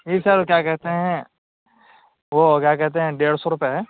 جی sir کیا کہتے ہیں وہ کیا کہتے ہیں ڈیڑھ سو روپے ہے